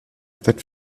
that